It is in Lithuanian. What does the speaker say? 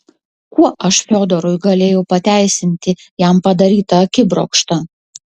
kuo aš fiodorui galėjau pateisinti jam padarytą akibrokštą